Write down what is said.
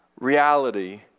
reality